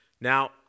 Now